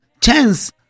chance